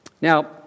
Now